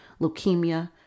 leukemia